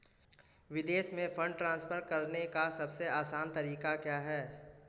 विदेश में fund transfer करने का सबसे आसान तरीका क्या है?